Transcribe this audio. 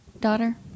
daughter